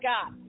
God